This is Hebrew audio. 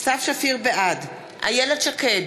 בעד איילת שקד,